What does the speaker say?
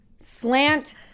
slant